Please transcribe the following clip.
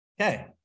Okay